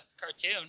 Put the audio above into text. cartoon